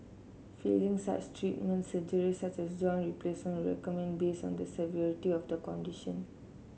failing such treatment surgery such as joint will recommended based on the severity of condition